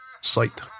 sight